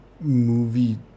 movie